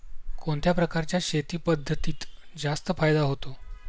कोणत्या प्रकारच्या शेती पद्धतीत जास्त फायदा होतो?